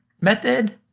method